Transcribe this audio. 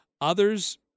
Others